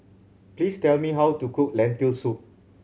please tell me how to cook Lentil Soup